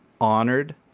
honored